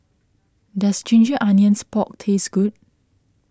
does Ginger Onions Pork taste good